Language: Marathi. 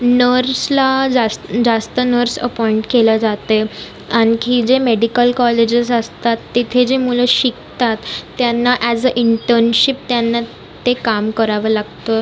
नर्सला जास् जास्त नर्स अपाॅइंट केल्या जाते आणखी जे मेडिकल कॉलेजेस असतात तिथे जी मुलं शिकतात त्यांना ॲज अ इंटर्नशिप त्यांना ते काम करावं लागतं